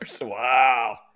Wow